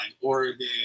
oregon